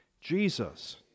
Jesus